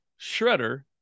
Shredder